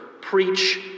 preach